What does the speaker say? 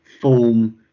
form